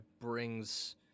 brings